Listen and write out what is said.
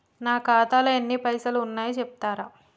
నా ఖాతాలో ఎన్ని పైసలు ఉన్నాయి చెప్తరా?